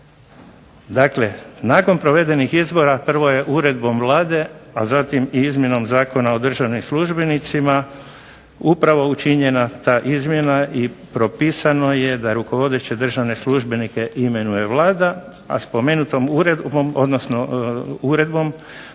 Dakle, nakon provedenih izbora prvo je uredbom Vlade a zatim i izmjenom Zakona o državnim službenicima upravo učinjena ta izmjena i propisano je da rukovodeće državne službenike imenuje Vlada, a spomenutom uredbom, odnosno uredbom